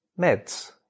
meds